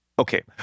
Okay